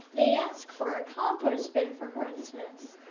they ask for ah compost bin for christmas.